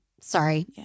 Sorry